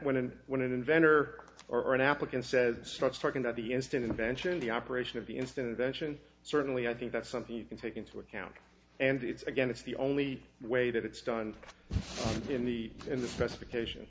and when an inventor or an applicant says starts talking about the instant invention the operation of the instant vention certainly i think that's something you can take into account and it's again it's the only way that it's done in the in the specification